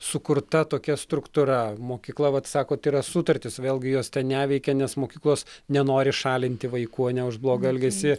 sukurta tokia struktūra mokykla vat sakot yra sutartys vėlgi jos neveikia nes mokyklos nenori šalinti vaikų ane už blogą elgesį